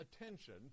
attention